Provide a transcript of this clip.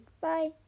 bye